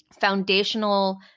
foundational